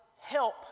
help